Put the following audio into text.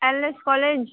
L S college